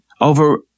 over